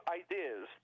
ideas